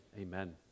amen